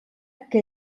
que